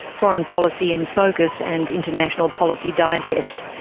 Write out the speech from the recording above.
foreign policy in focus and international policy digest.